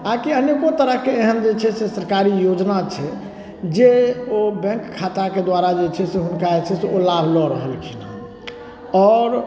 आओर कि अनेको तरहके एहन जे छै से सरकारी योजना छै जे ओ बैंक खाताके द्वारा जे छै से हुनका जे छै से ओ लाभ लऽ रहलखिन हँ आओर